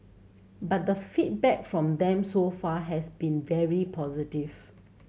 but the feedback from them so far has been very positive